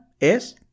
es